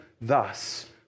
thus